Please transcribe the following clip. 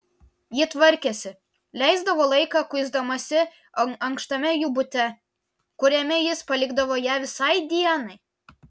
ji tvarkėsi leisdavo laiką kuisdamasi ankštame jų bute kuriame jis palikdavo ją visai dienai